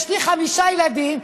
יש לי חמישה ילדים,